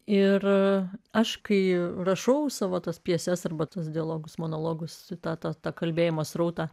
ir aš kai rašau savo tas pjeses ar batus dialogus monologus citatą kalbėjimo srautą